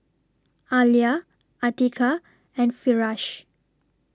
Alya Atiqah and Firash